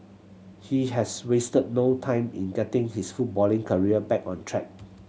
he has wasted no time in getting his footballing career back on track